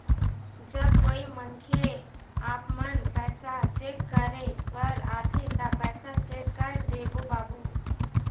जब कोई मनखे आपमन पैसा चेक करे बर आथे ता पैसा चेक कर देबो बाबू?